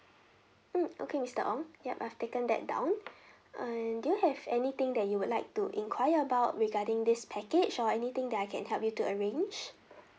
mm okay mister ong yup I've taken that down and do you have anything that you would like to inquire about regarding this package or anything that I can help you to arrange